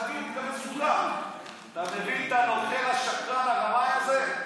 אתה מבין את הנוכל, השקרן, הרמאי הזה,